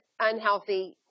unhealthy